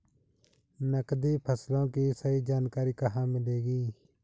नकदी फसलों की सही जानकारी कहाँ मिलेगी?